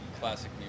classic